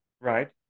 right